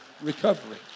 recovery